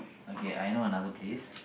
okay I know another place